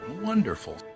Wonderful